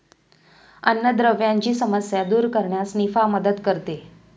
अन्नद्रव्यांची समस्या दूर करण्यास निफा मदत करते